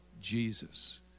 Jesus